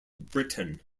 britain